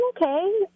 okay